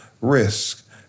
risk